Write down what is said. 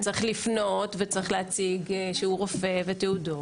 הוא צריך לפנות ולהציג תעודות,